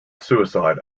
suicide